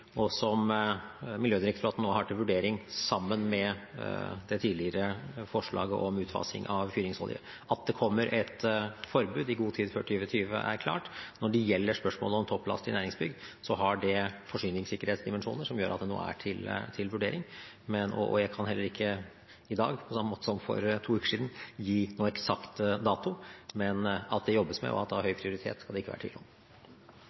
og som Miljødirektoratet nå har til vurdering sammen med det tidligere forslaget om utfasing av fyringsolje. At det kommer et forbud i god tid før 2020, er klart. Når det gjelder spørsmålet om topplast i næringsbygg, har det forsyningssikkerhetsdimensjoner som gjør at det nå er til vurdering, og jeg kan heller ikke i dag, på samme måte som for to uker siden, gi noen eksakt dato, men at det jobbes med og at det har høy prioritet, skal det ikke være tvil om.